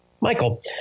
Michael